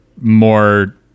more